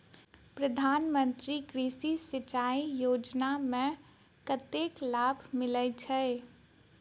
प्रधान मंत्री कृषि सिंचाई योजना मे कतेक लाभ मिलय छै?